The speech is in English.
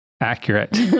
Accurate